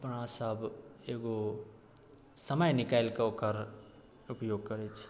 अपना सब एगो समय निकालि कऽ ओकर उपयोग करैत छी